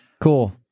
Cool